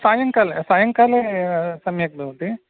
सायङ्काले सायङ्काले सम्यक् भवति